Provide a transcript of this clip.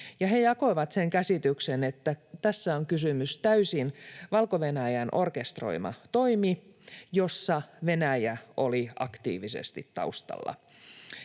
he jakoivat sen käsityksen, että tässä on kysymys täysin Valko-Venäjän orkestroimasta toimesta, jossa Venäjä oli aktiivisesti taustalla.